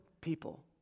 people